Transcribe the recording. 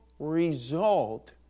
result